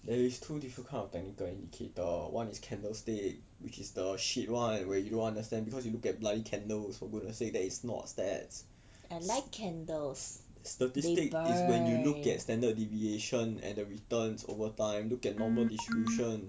there is two different kind of technical indicator one is candlestick which is the shit one where you don't understand because you look at bloody candles for goodness sake that is not stats statistics is when you look at standard deviation and the returns over time look at normal distribution